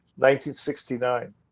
1969